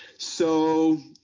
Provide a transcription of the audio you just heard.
so,